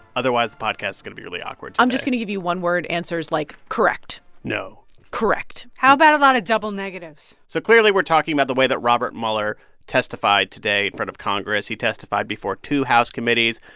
otherwise, the podcast is going to be really awkward today i'm just going to give you one-word answers like, correct no correct how about a lot of double negatives? so clearly, we're talking about the way that robert mueller testified today in front of congress. he testified before two house committees.